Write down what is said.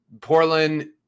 Portland